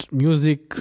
music